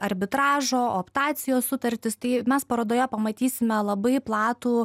arbitražo optacijos sutartys tai mes parodoje pamatysime labai platų